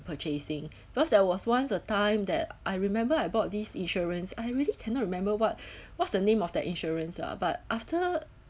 purchasing cause there was once a time that I remember I bought these insurance I really cannot remember what what's the name of that insurance lah but after